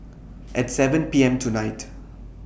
At seven P M tonight